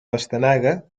pastanaga